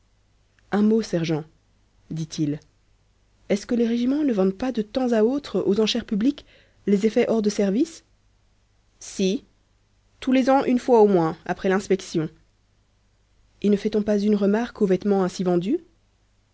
un mot sergent dit-il est-ce que les régiments ne vendent pas de temps à autre aux enchères publiques les effets hors de service si tous les ans une fois au moins après l'inspection et ne fait-on pas une remarque aux vêtements ainsi vendus